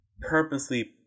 purposely